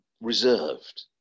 reserved